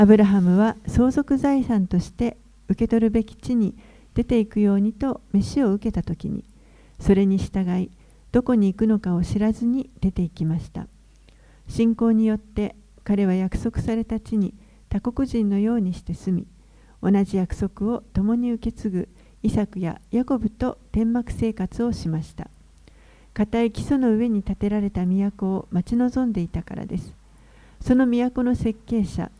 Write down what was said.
アブラハムは相続財産として受け取るべき地に出ていくようにと召しを受けた時に、それに従い、どこに行くのかを知らずに出て行きました。信仰によって彼は約束された地に他国人のようにして住み、同じ約束を共に受け継ぐイサクやヤコブと天幕生活をしました。固い基礎の上に建てられた都を待ち望んでいたからです。その都の設計者、